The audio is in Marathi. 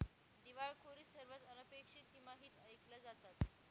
दिवाळखोरी सर्वात अनपेक्षित तिमाहीत ऐकल्या जातात